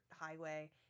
highway